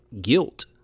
guilt